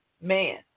man